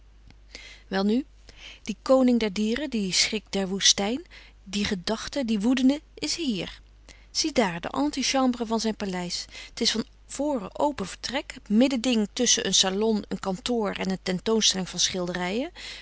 welnu die koning der dieren die schrik der woestijn die gedachte die woedende is hier ziedaar de antichambre van zijn paleis it van voren open vertrek middending tusschen een salon een kantoor en een tentoonstelling van schilderijen